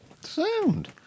Sound